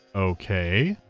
okay,